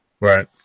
right